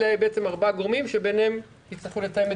אלה ארבעת הגורמים שביניהם יצטרכו לתאם.